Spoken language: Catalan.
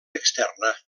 externa